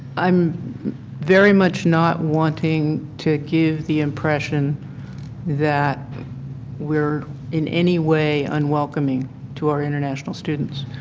i am very much not wanting to give the impression that we are in any way unwelcoming to our international students.